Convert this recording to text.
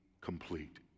complete